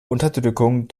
unterdrückung